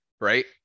right